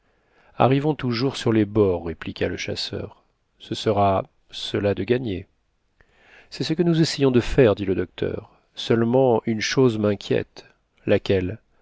arrivons toujours sur les bords répliqua le chasseur ce sera cela de gagné c'est ce que nous essayons de faire dit le docteur seulement une chose m'inquiète laquelle